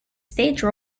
stage